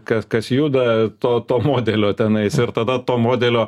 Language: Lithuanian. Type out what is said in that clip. kas kas juda to to modelio tenais ir tada to modelio